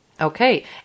Okay